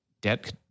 debt